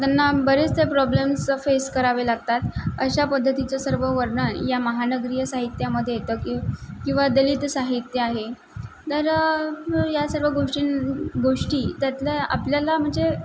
त्यांना बरेचसे problems face करावे लागतात अशा पद्धतीचं सर्व वर्णन या महानगरीय साहित्यामध्ये येतं कि किंवा दलित साहित्य आहे तर या सर्व गोष्टीं गोष्टी त्यातल्या आपल्याला म्हणजे